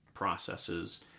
Processes